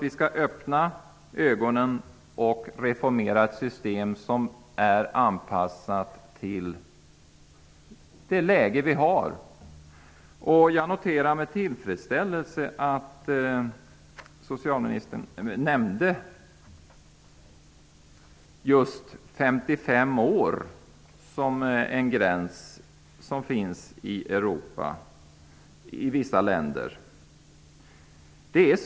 Vi måste öppna ögonen och reformera ett system, som är anpassat till dagens läge. Jag noterade med tillfredsställelse att socialministern nämnde just 55 år såsom en gräns som tillämpas i vissa länder i Europa.